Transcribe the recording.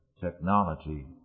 technology